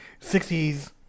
60s